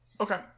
Okay